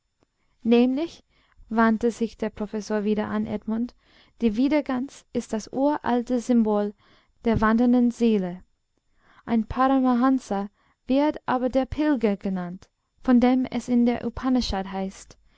nämlich wandte sich der professor wieder an edmund die wandergans ist das uralte symbol der wandernden seele ein paramahansa wird aber der pilger genannt von dem es in der upanishad heißt